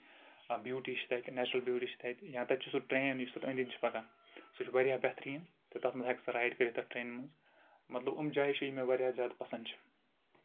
beauty چھ تَتہِ natural beauty چھِ تَتہِ یا تَتہِ چھُ سُہ ٹرین یُس تَتھ أنٛدۍ أنٛدۍ چھِ پَکان سُہ چھُ واریاہ بہتریٖن تہٕ تَتھ منٛز ہٮ۪کہِ سۄ رایڑ کٔرِتھ سۄ ٹرینہِ منٛز مطلب أمۍ جایہِ چھِ یِم مےٚ واریاہ زیادٕ پسنٛد چھِ